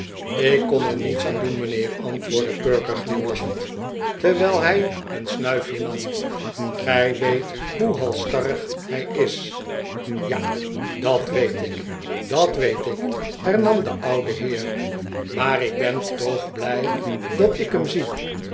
ik kon er niets aan doen mijnheer antwoordde perker glimlachend terwijl hij een snuifje nam gij weet hoe halsstarrig hij is ja dat weet ik dat weet ik hernam de oude heer maar ik ben toch blij dat ik hem zie